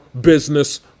business